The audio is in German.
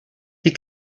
die